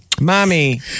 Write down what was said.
Mommy